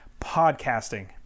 podcasting